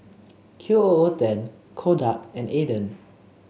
Q O O ten Kodak and Aden